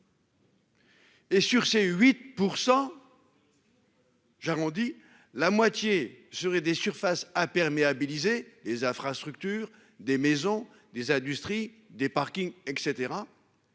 Et sur ces 8%. J'arrondis. La moitié serait des surfaces à perméabilité des infrastructures des maisons des industries, des parkings et